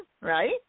right